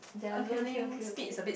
okay okay okay okay